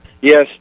Yes